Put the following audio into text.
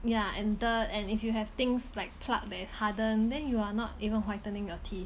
ya and dirt and if you have things like plaque that is hardened then you are not even whitening your teeth